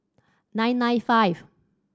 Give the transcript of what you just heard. nine nine five